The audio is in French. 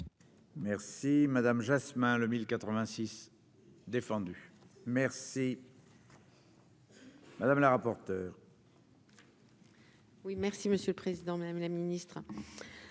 Merci madame Jasmin le 1086 défendu merci. Madame la rapporteure. Oui, merci Monsieur le Président, Madame la Ministre,